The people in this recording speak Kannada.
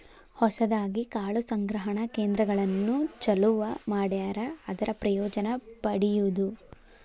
ಹೊಸದಾಗಿ ಕಾಳು ಸಂಗ್ರಹಣಾ ಕೇಂದ್ರಗಳನ್ನು ಚಲುವ ಮಾಡ್ಯಾರ ಅದರ ಪ್ರಯೋಜನಾ ಪಡಿಯುದು